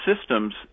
systems